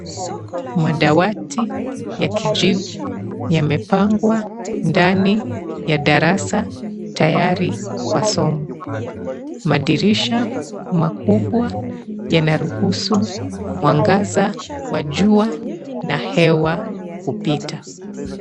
Madawati ya kijivu yamepangwa ndani ya darasa tayari kwa somo. Madirisha makubwa yanaruhusu mwangaza wa jua na hewa kupita.